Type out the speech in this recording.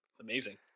amazing